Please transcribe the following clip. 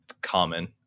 common